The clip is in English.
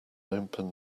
open